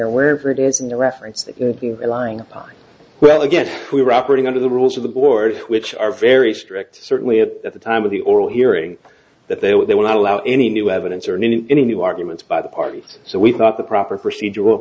or wherever it is in the reference lying well again we were operating under the rules of the board which are very strict certainly at the time of the oral hearing that they would not allow any new evidence or new any new arguments by the parties so we thought the proper procedur